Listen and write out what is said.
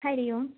हरिः ओम्